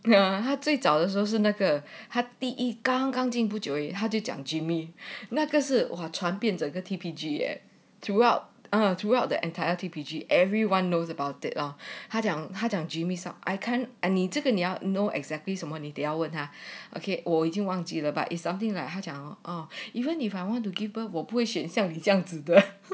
ya 他最早的时候是那个他第一他刚刚进不久他就讲 jimmy 那个是转变整个 T_P_G at throughout throughout the entire T_P_G everyone knows about it lah 他讲他讲 jimmy I can't any 这个你要 know exactly 你等一下问他 okay 我已经忘记了 but it's something like 他讲 or even if I want to give birth 我不会选里这样子的